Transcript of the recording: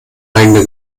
eigene